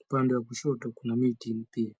Upande wa kushoto kuna mti mpya.